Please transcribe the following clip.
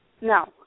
No